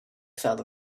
felt